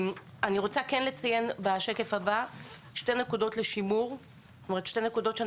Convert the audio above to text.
אני רוצה כן לציין שתי נקודות לשימור ולחיוב: